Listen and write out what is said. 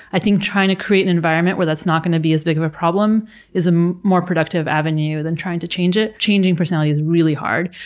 i think trying to create an environment where that's not going to be as big of a problem is a more productive avenue than trying to change it. changing personality is really hard.